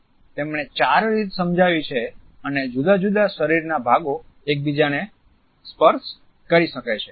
તેમણે ચાર રીત સમજાવી છે અને જુદા જુદા શરીરના ભાગો એકબીજાને સ્પર્શ કરી શકે છે